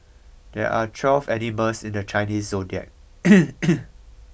there are twelve animals in the Chinese zodiac